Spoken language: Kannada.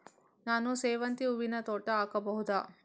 ನಾನು ಸೇವಂತಿ ಹೂವಿನ ತೋಟ ಹಾಕಬಹುದಾ?